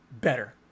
better